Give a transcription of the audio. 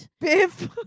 Biff